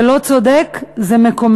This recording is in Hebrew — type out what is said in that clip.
זה לא צודק, זה מקומם.